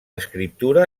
escriptura